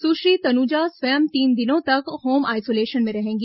सुश्री तनुजा स्वयं तीन दिनों तक होम आइसोलेशन में रहेंगी